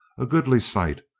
a goodly sight,